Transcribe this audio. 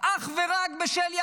אך ורק בשל יהדותם.